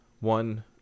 one